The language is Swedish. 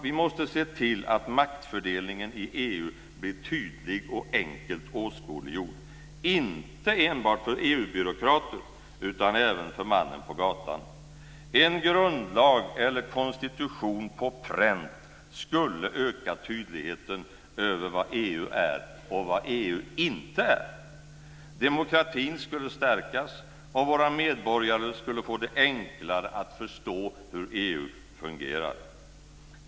Vi måste se till att maktfördelningen i EU blir tydlig och enkelt åskådliggjord inte bara för EU-byråkrater utan även för mannen på gatan. En grundlag eller konstitution på pränt skulle öka tydligheten över vad EU är och inte är. Demokratin skulle stärkas, och våra medborgare skulle få det enklare att förstå hur EU fungerar.